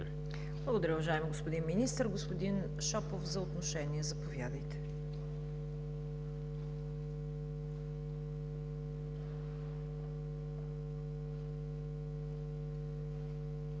Благодаря, уважаеми господин Министър. Господин Шопов, за отношение – заповядайте.